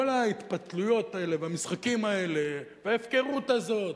כל ההתפתלויות האלה והמשחקים האלה וההפקרות הזאת,